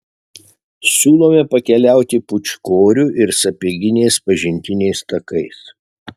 siūlome pakeliauti pūčkorių ir sapieginės pažintiniais takais